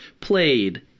played